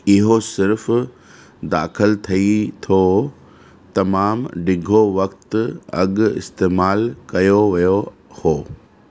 इहो सिर्फ़ु दाख़िलु थिए थो तमामु ॾिघो वक़्ति अघु इस्तेमालु कयो वियो हो